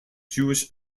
jewish